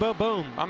but boom,